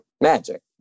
magic